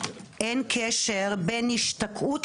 סמנכ"ל הסוכנות היהודית.